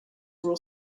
rule